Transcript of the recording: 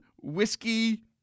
whiskey